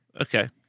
Okay